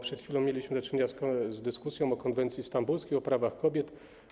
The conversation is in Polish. Przed chwilą mieliśmy do czynienia z dyskusją o konwencji stambulskiej, o prawach kobiety.